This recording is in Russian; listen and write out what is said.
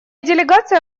делегация